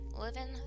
Living